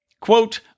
Quote